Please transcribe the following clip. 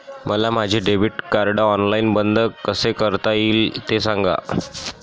मला माझे debit card online बंद कसे करता येईल, ते सांगा